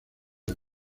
del